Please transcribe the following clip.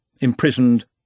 imprisoned